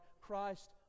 Christ